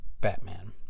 Batman